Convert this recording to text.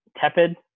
tepid